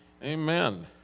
Amen